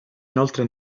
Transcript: inoltre